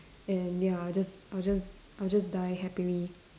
and ya I'll just I'll just I'll just die happily